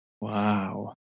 Wow